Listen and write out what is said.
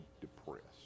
depressed